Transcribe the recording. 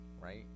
right